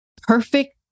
Perfect